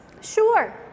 Sure